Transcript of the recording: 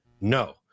No